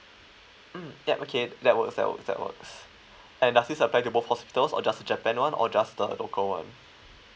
mm yup okay that works that works that works and does it apply to both hospitals or just japan one or just the local one